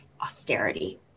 austerity